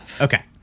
Okay